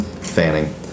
Fanning